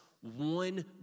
one